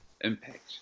impact